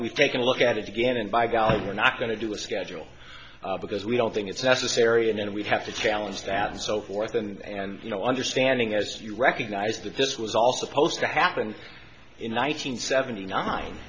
we've taken a look at it again and by golly we're not going to do a schedule because we don't think it's necessary and then we have to challenge that and so forth and you know understanding as you recognize that this was all supposed to happen in one nine hundred seventy nine